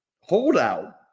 holdout